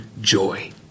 joy